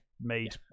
made